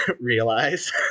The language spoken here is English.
realize